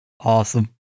Awesome